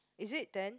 is it ten